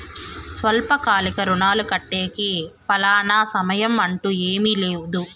స్వల్పకాలిక రుణాలు కట్టేకి ఫలానా సమయం అంటూ ఏమీ లేదు